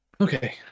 Okay